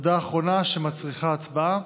הודעה אחרונה, שמצריכה הצבעה,